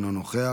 אינו נוכח,